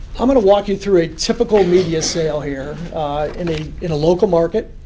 i'm going to walk you through a typical media sale here in a in a local market.